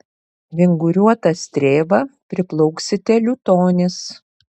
vinguriuota strėva priplauksite liutonis